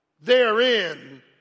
therein